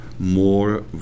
more